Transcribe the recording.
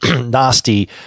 nasty